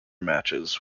matches